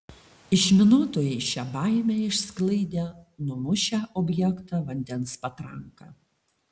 išminuotojai šią baimę išsklaidė numušę objektą vandens patranka